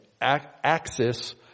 axis